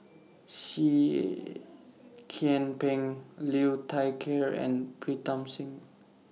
Seah Kian Peng Liu Thai Ker and Pritam Singh